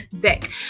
deck